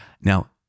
Now